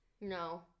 no